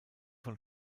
von